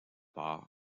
part